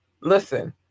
listen